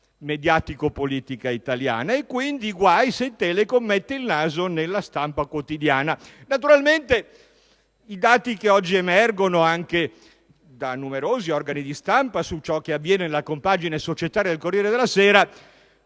mediatico-politica italiana e quindi guai se mette il naso nella stampa quotidiana. Naturalmente i dati che oggi emergono da numerosi organi di stampa su ciò che avviene nella compagine societaria del quotidiano